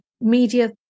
media